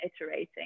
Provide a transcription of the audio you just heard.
iterating